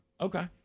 Okay